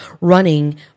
running